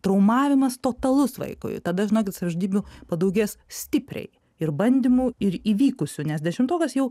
traumavimas totalus vaikui tada žinokit savižudybių padaugės stipriai ir bandymų ir įvykusių nes dešimtokas jau